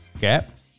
Gap